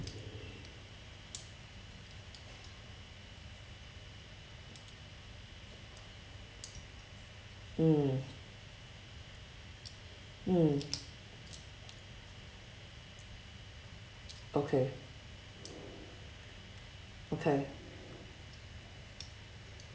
mm mm okay okay